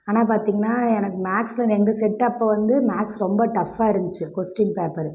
ஆனால் பார்த்திங்கன்னா எனக்கு மேத்ஸ்ல எங்கள் செட்டு அப்போ வந்து மேத்ஸ் ரொம்ப டஃப்பாக இருந்துச்சு கொஸ்டீன் பேப்பரு